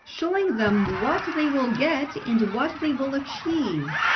showing them what they will get and what they will achieve,